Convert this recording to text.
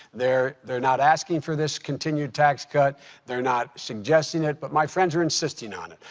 they're they're not asking for this continued tax cut they're not suggesting it but my friends are insisting on it.